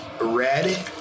Red